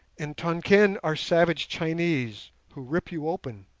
in tonquin are savage chinese who rip you open.